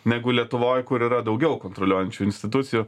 negu lietuvoj kur yra daugiau kontroliuojančių institucijų